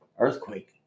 earthquake